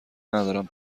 ندارم